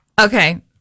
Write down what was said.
Okay